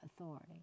authority